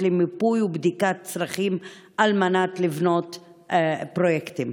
למיפוי ובדיקת צרכים על מנת לבנות פרויקטים,